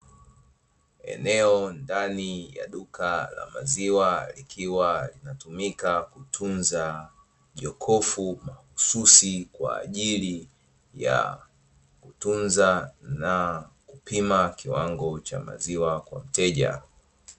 Eneo ndani ya duka la maziwa likiwa linatumika kutunza jokofu mahususi kwa ajili ya kutunza na kupima kiwango cha maziwa kwa mteja.